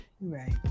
right